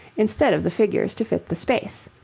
instead of the figures to fit the space.